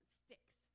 sticks